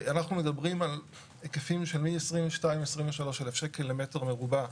אנחנו מדברים על היקפים של מ-22,000-23,000 שקלים למטר מרובע,